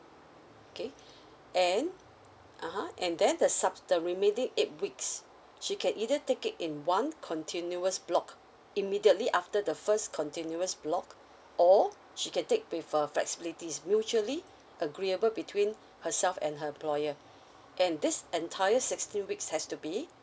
okay and (uh huh) and then the subs the remaining eight weeks she can either take it in one continuous block immediately after the first continuous block or she can take with uh flexibilities mutually agreeable between herself and her employer and this entire sixteen weeks has to be